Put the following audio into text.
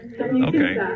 okay